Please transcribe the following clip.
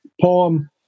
poem